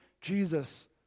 Jesus